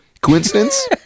coincidence